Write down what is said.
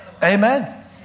Amen